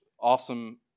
awesome